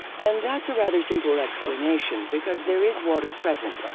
and that's a rather simple explanation because there is water present, ah